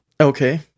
okay